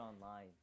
online